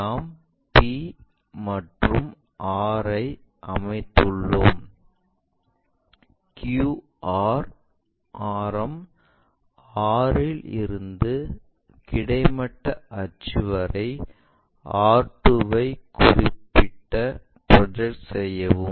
நாம் p மற்றும் r ஐ அமைத்துள்ளோம் qr ஆரம் r இல் இருந்து இந்த கிடைமட்ட அச்சு வரை r2 வை குறிப்பிட ப்ரொஜெக்ட் செய்யவும்